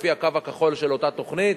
לפי הקו הכחול של אותה תוכנית,